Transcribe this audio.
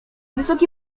wysoki